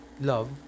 love